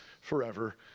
forever